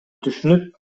түшүнүп